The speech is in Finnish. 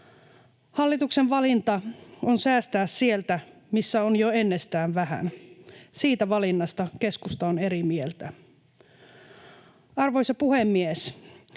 Hallituksen valinta on säästää sieltä, missä on jo ennestään vähän. Siitä valinnasta keskusta on eri mieltä. Arvoisa puhemies!